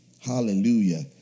Hallelujah